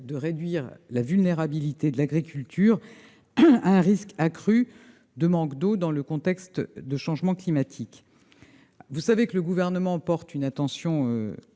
de réduire la vulnérabilité de l'agriculture à un risque accru de manque d'eau dans ce contexte. Vous le savez, le Gouvernement porte une attention